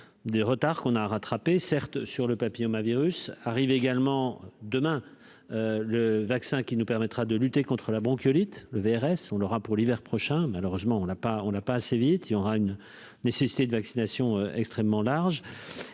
des retards qu'on a rattrapé certes sur le papillomavirus arrivent également demain le vaccin qui nous permettra de lutter contre la bronchiolite le VRS on aura pour l'hiver prochain, malheureusement on n'a pas, on n'a pas assez vite, il y aura une nécessité de vaccination extrêmement large